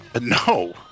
No